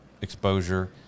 exposure